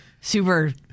Super